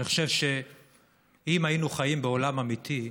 אני חושב שאם היינו חיים בעולם אמיתי,